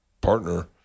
partner